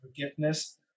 forgiveness